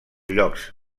llocs